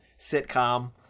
sitcom